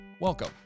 Welcome